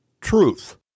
truth